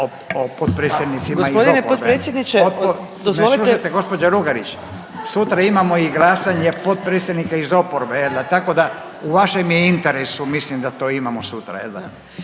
o potpredsjednicima iz oporbe. …/Upadica Lugarić: Gospodine potpredsjedniče, dozvolite…/… Jel me slušate gđa. Lugarić, sutra imamo i glasanje potpredsjednika iz oporbe jel da, tako da u vašem je interesu, mislim da to imamo sutra